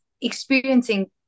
experiencing